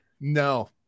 No